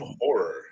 Horror